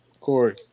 Corey